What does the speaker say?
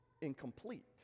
incomplete